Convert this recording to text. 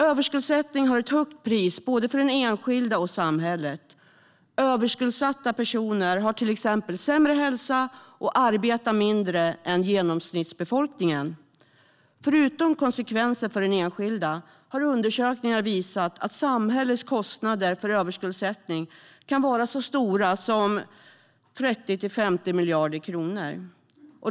Överskuldsättning har ett högt pris för både den enskilde och samhället. Överskuldsatta personer har till exempel sämre hälsa och arbetar mindre än genomsnittsbefolkningen. Utöver konsekvenserna för enskilda har undersökningar visat att samhällets kostnader för överskuldsättning kan vara så stora som 30-50 miljarder kronor.